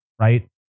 right